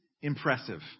impressive